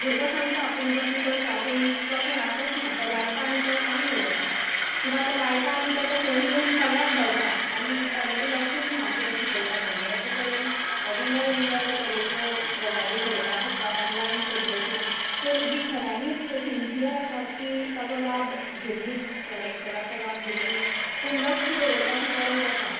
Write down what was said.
भुरगो सांगता आपूण जोयन करता पूण तो थंय आसच ना तो थंय लायता आनी आनी खंय वता किंवा तो लायता आनी तो तो फोन घेवन सगळ्याक भोंवता आनी तागेलें लक्षच ना कितें शिकयता ताचेर अशें तरेन विंगड विंगड तरेच्यो गजाली घडपाक शकता ऑनलायन पद्दतीन पूण जीं खऱ्यांनीच सिन्सियर आसा तीं ताचो लाव घेतलींच त्या लॅक्चराचो लाव घेतलींच पूण लक्ष दवरपाची गरज आसा